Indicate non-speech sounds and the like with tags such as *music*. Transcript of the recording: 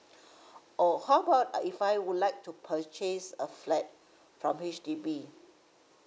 *breath* oh how about if I would like to purchase a flat from H_D_B